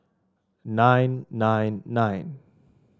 nine nine nine